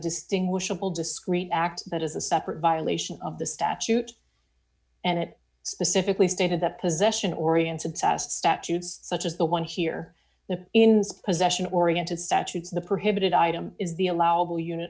distinguishable discrete act that is a separate violation of the statute and it specifically stated that possession oriented sassed statutes such as the one here the ins possession oriented statutes the prohibited item is the allowable unit